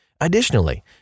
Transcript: Additionally